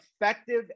effective